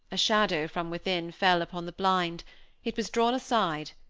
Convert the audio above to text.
a shadow from within fell upon the blind it was drawn aside,